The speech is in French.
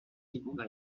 secondes